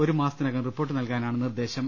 ഒരുമാസത്തിനകം report നൽകാനാണ് നിർദ്ദേ ശം